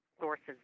sources